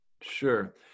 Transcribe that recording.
Sure